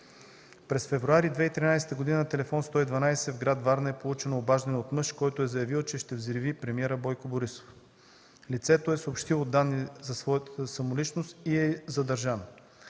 През февруари 2013 г. на телефон 112 в град Варна е получено обаждане от мъж, който е заявил, че ще взриви премиера Бойко Борисов. Лицето е съобщило данни за своята самоличност и е задържано.